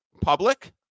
public